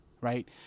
right